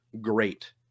great